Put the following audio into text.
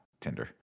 Tinder